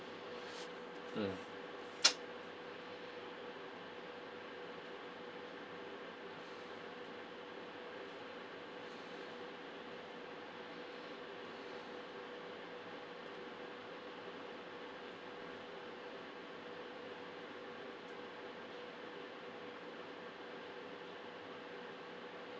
mm